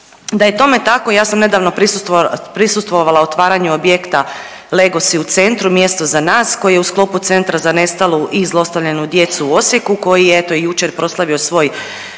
Da je tome tako ja sam nedavno prisustvovala otvaranju objekta „Legosi u Centru – mjesto za nas!“ koji je u sklopu centra za nestalu i zlostavljenu djecu u Osijeku koji je eto jučer proslavio svoj